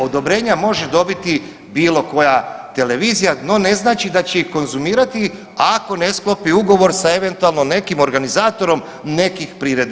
Odobrenja može dobiti bilo koja televizija, no ne znači da će ih konzumirati ako ne sklopi ugovor sa eventualno nekim organizatorom nekih priredbi.